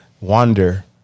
wander